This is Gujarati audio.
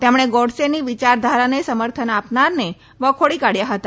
તેમણે ગોડસેની વિયારધારાને સમર્થન આપનારને વખોડી કાઢ્યા હતા